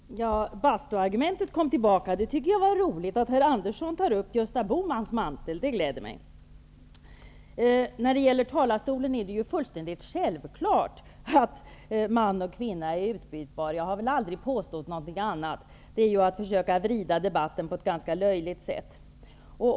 Herr talman! Bastuargumentet kom tillbaka. Det var roligt att herr Andersson tar upp Gösta När det gäller talarstolen är det ju fullständigt självklart att man och kvinna är utbytbara. Jag har väl aldrig påstått någonting annat -- att påstå det är att försöka vrida debatten på ett ganska löjligt sätt.